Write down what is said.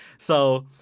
so,